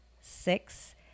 six